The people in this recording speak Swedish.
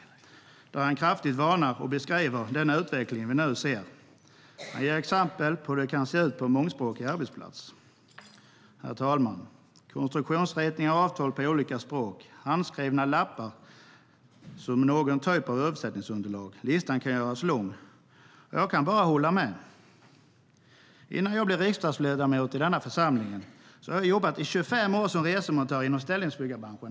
Han varnade kraftigt för och beskrev den utveckling vi nu ser och gav exempel på hur det kan se ut på en mångspråkig arbetsplats. STYLEREF Kantrubrik \* MERGEFORMAT Arbetsmarknad och arbetslivInnan jag blev riksdagsledamot i denna församling jobbade jag i 25 år som resemontör inom ställningsbyggarbranschen.